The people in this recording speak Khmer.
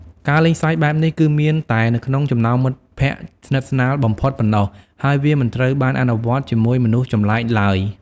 ការលេងសើចបែបនេះគឺមានតែនៅក្នុងចំណោមមិត្តភក្តិស្និទ្ធស្នាលបំផុតប៉ុណ្ណោះ ហើយវាមិនត្រូវបានអនុវត្តជាមួយមនុស្សចម្លែកឡើយ។